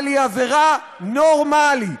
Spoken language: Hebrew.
אבל היא עבירה נורמלית,